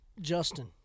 Justin